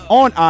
on